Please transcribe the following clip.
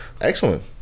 excellent